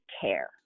care